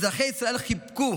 אזרחי ישראל חיבקו